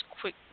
quick